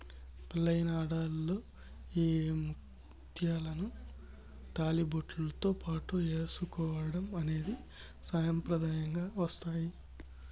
పెళ్ళైన ఆడవాళ్ళు ఈ ముత్యాలను తాళిబొట్టుతో పాటు ఏసుకోవడం అనేది సాంప్రదాయంగా వస్తాంది